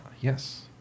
yes